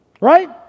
Right